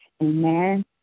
Amen